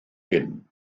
hyn